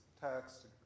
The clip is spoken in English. text